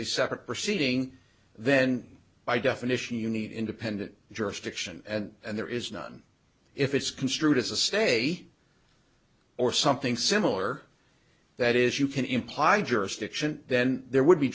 a separate proceeding then by definition you need independent jurisdiction and there is none if it's construed as a state or something similar that is you can imply jurisdiction then there would be